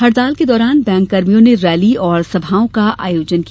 हड़ताल के दौरान बैंककर्मियों ने रैली और सभाओं का आयोजन किया